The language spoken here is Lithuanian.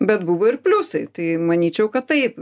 bet buvo ir pliusai tai manyčiau kad taip